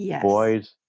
Boys